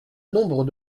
nombre